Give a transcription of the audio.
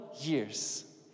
years